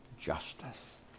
justice